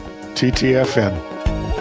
TTFN